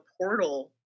portal